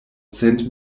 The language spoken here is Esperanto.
cent